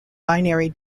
binary